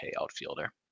outfielder